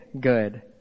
good